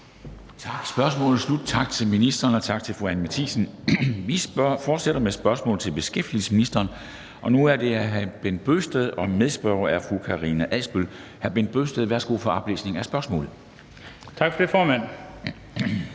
Tak for det, formand.